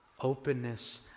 Openness